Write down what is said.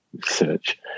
search